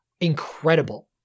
incredible